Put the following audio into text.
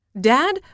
Dad